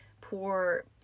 poor